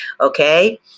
okay